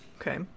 Okay